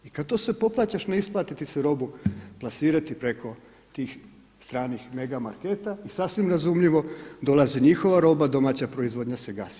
I kada to sve poplaćaš ne isplati ti se robu plasirati preko tih stranih megamarketa i sasvim razumljivo dolazi njihova roba, domaća proizvodnja se gasi.